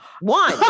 One